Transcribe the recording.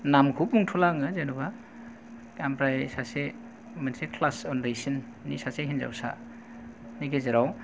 नाम खौ बुंथला आङो जेनबा ओमफ्राय सासे मोनसे क्लास उन्दैसिननि सासे हिनजावसानि गेजेराव